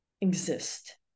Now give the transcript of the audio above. exist